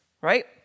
right